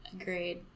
Agreed